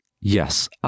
Yes